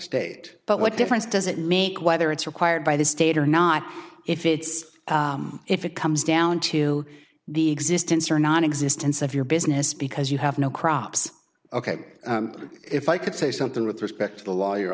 state but what difference does it make whether it's required by the state or not if it's if it comes down to the existence or nonexistence of your business because you have no crops ok if i could say something with respect to the law